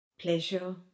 Pleasure